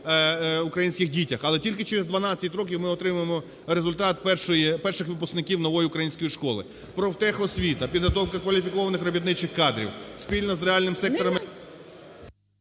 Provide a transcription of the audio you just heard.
українських дітях. Але тільки через 12 років ми отримаємо результат перших випускників нової української школи. Профтехосвіта. Підготовка кваліфікованих робітничих кадрів. Спільно з реальним сектором…